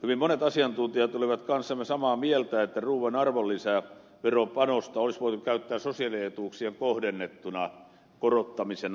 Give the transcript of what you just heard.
hyvin monet asiantuntijat olivat kanssamme samaa mieltä että ruuan arvonlisäveropanosta olisi voitu käyttää sosiaalietuuksien kohdennettuna korottamisena